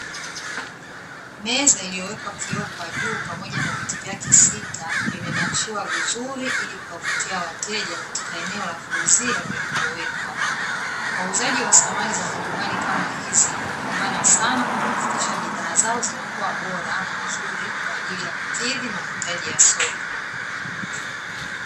Meza iliyowekwa kioo kwa juu pamoja na viti vyake sita, vimenakshiwa vizuri ili kuwavutia wateja katika eneo la kuuzia vilipowekwa, wauzaji wa samani za majumbani kama hizi hupambana sana kuhakikisha bidhaa zao zinakuwa bora na nzuri kwa ajili ya kukidhi mahitaji ya soko.